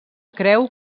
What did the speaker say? creu